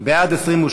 1 3 נתקבלו.